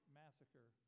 massacre